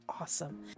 awesome